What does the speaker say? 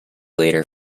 later